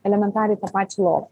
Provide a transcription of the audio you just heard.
elementariai tą pačią lovą